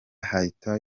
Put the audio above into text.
hayatou